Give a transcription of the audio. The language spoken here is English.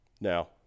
Now